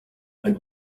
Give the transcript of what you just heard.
and